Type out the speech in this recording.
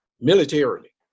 militarily